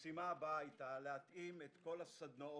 המשימה הבאה היתה להתאים את כל הסדנאות